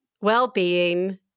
well-being